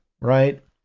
right